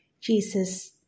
Jesus